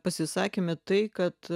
pasisakyme tai kad